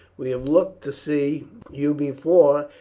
we had looked to see you before,